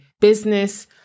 business